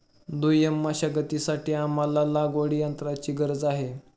दुय्यम मशागतीसाठी आम्हाला लागवडयंत्राची गरज आहे